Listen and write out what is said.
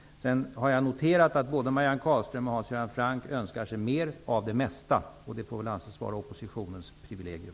Jag har noterat att både Marianne Carlström och Hans Göran Franck önskar sig mer av det mesta. Det får anses vara oppositionens privilegium.